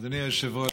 אדוני היושב-ראש,